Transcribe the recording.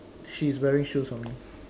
she is wearing shoes for me